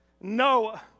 Noah